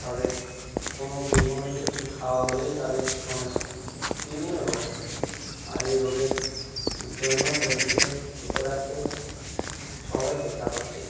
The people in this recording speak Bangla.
তাদের কোনো ভুল কোনো কিছু খাওয়া হলেই তাদের সমস্যা বিভিন্ন রোগ হয় আর এই রোগের জন্য পোলট্রিকে সুস্থ রাখতে সবাই চেষ্টা করছে